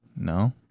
No